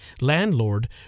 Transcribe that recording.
Landlord